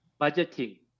budgeting